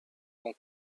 non